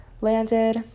landed